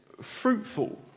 fruitful